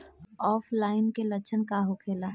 ऑफलाइनके लक्षण का होखे?